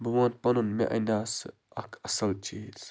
بہٕ وَنہٕ پَنُن مےٚ اَنیاو سُہ اکھ اصل چیٖز